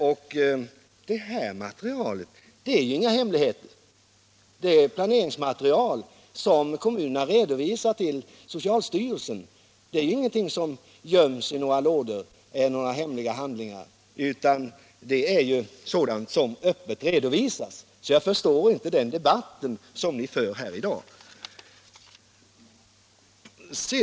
Och det planeringsmaterial som kommunerna lämnar till socialstyrelsen är ju inga hemliga handlingar som göms i några lådor, utan det är sådant som öppet redovisas. Jag förstår inte det sätt ni för debatten på i dag.